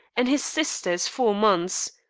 and his sister is four months.